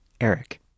Eric